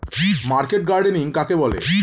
Market gardening কাকে বলে?